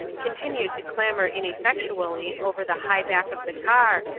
continued to clamber ineffectually over the high back of the car,